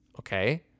okay